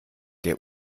der